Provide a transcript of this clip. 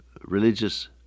religious